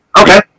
Okay